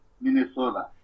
Minnesota